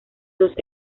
dos